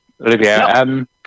Olivia